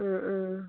അ ആ